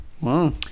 Wow